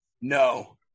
No